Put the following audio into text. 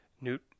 Newt